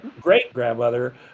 great-grandmother